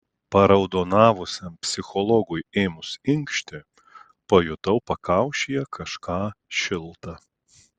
paraudonavusiam psichologui ėmus inkšti pajutau pakaušyje kažką šilta